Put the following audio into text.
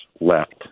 left